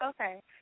Okay